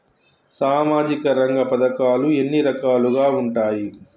సామాజిక రంగ పథకాలు ఎన్ని రకాలుగా ఉంటాయి?